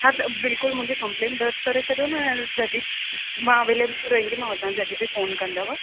हा त बिल्कुलु मुंहिंजी कंप्लेन दरिज करे छॾियो न जॾी मां अवेलेबिल रहंदीमांव तव्हां जॾी बि फ़ोन कंदव